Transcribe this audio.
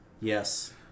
Yes